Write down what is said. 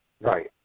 Right